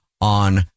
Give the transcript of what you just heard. on